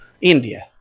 India